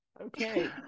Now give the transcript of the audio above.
Okay